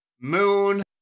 Moon